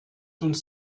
uns